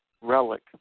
relic